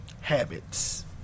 habits